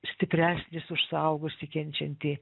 stipresnis už suaugusį kenčiantį